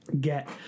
get